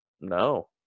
No